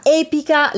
epica